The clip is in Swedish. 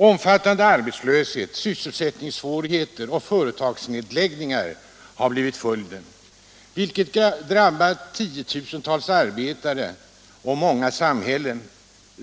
Omfattande arbetslöshet, sysselsättningssvårigheter och företagsnedläggningar har blivit följden, vilket drabbat 10 000-tals arbetare och många samhällen.